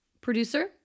Producer